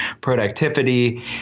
productivity